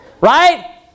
Right